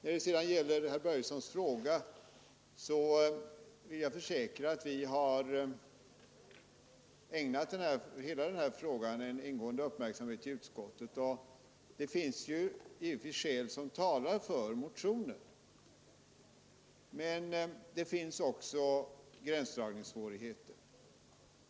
Vad sedan gäller herr Börjessons i Falköping fråga vill jag försäkra att vi i utskottet har ägnat det ärendet ingående uppmärksamhet, och givetvis finns det skäl som talar för herr Börjessons motion. Men det finns också gränsdragningssvårigheter.